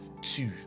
two